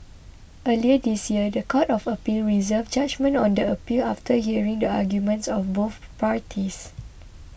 earlier this year the Court of Appeal reserved judgement on the appeal after hearing the arguments of both parties